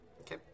Okay